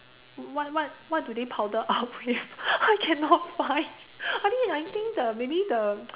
what what what do they powder up with I cannot find I think I think the maybe the